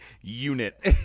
unit